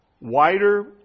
wider